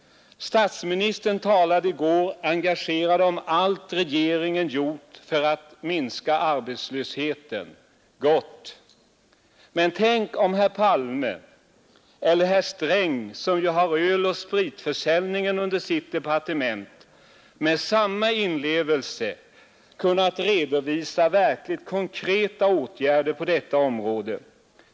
Statsministern talade i går engagerat om allt regeringen gjort för att minska arbetslösheten. Gott! Men tänk om herr Palme eller herr Sträng, som ju har öloch spritförsäljningen under sitt departement, med samma inlevelse kunnat redovisa verkligt konkreta åtgärder mot alkoholmissbruket.